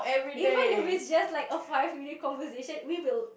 if we if we just like a five minutes conversation we will